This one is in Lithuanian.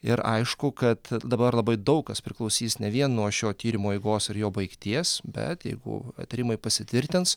ir aišku kad dabar labai daug kas priklausys ne vien nuo šio tyrimo eigos ir jo baigties bet jeigu įtarimai pasitvirtins